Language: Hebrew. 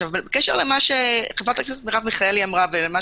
בעניין דברי חברת הכנסת מיכאלי ונועה